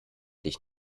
dich